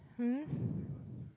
um